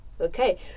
okay